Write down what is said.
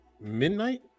midnight